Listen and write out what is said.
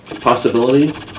possibility